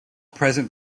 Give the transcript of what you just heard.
present